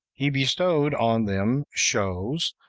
he bestowed on them shows,